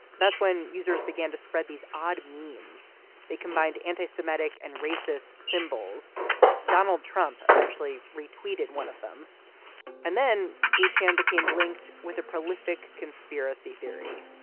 that's when users began to spread these odd memes they combined anti-semitic and racist symbols donald trump eventually retweeted one of them and then each hand became linked with a prolific conspiracy theory.